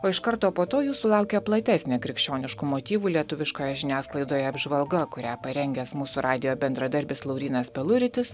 o iš karto po to jūsų laukia platesnė krikščioniškų motyvų lietuviškoje žiniasklaidoje apžvalga kurią parengęs mūsų radijo bendradarbis laurynas peluritis